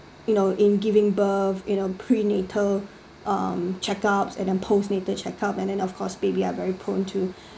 you know in giving birth you know prenatal uh checkups and post natal checkup and then of course baby are very prone to